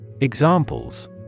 Examples